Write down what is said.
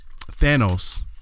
Thanos